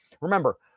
Remember